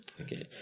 Okay